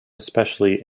especially